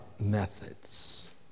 methods